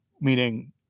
Meaning